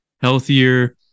healthier